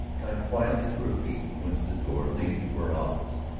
got quietly to her feet and went to the door leading to her office.